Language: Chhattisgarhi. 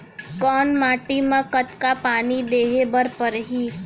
कोन माटी म कतका पानी देहे बर परहि?